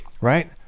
right